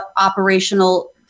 operational